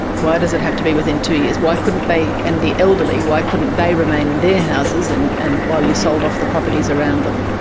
why does it have to be within two years? why couldn't they, and the elderly, why couldn't they remain in their houses and and while you sold off the properties around them?